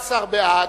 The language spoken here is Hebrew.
16 בעד,